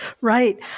Right